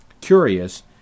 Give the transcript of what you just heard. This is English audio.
Curious